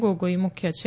ગોગોઇ મુખ્ય છે